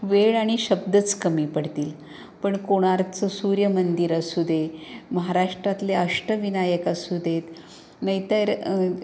वेळ आणि शब्दच कमी पडतील पण कोणार्कचं सूर्य मंदिर असू दे महाराष्ट्रातले अष्टविनायक असू देत नाहीतर